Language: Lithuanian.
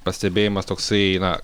pastebėjimas toksai na